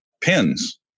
pins